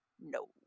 no